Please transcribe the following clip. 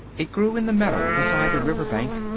it grew in the meadow beside the river bank.